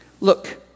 Look